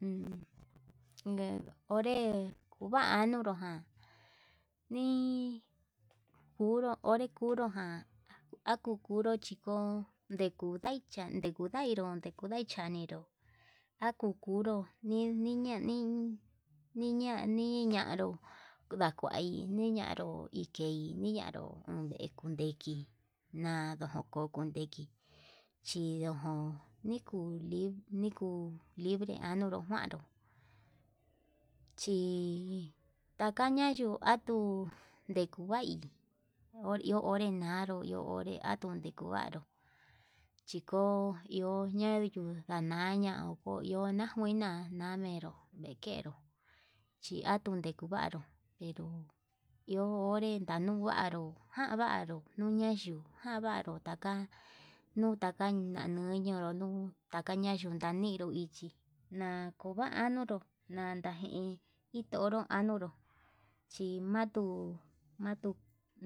Un onre kuva'a nonro ján nii kunru onre kunru ján, akuu kunru chikon ndekuvaicha ndekundairo kudai chaninró, akukubru niñen niiña nii ñanró ndakuai nñanro ike niña nró ndekun ndeki, nado'o kuu kundeki chindojon nikuu niku libre janonro kuanró chi taka ñaxuu atuu ndekui iho onre naru ndo iho onre atun ndekuvaruu, chiko iho yeñuu dañaña njo iho najuina na'a menro ndekeró xhi tuun ndekuvanru pero iho onre ndenuu vanruu, jan vanruu nuye yuu jan vanruu taka nuu taka ñañonro ñuu yuu ndundan nii ichi na'a kuva'a anunru nakuva'a ndajini iin toro anuunro chi matuu, nakuu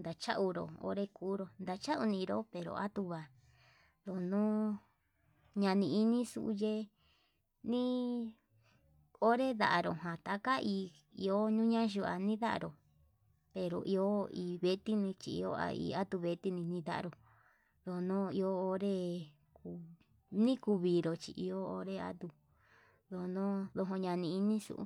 nachauru onré kuru nachau ninró pero atua nduu ndani inixu yee nii onre ndaru jan ta'a, taka hi yuu ñuñe yua nani ndanró pero iho ini vechi ichi nua ha veti nichí ndanro ndono iho onré, kuu nikuu vinru chí iho onre ndoño ndoñea ñanini xuu.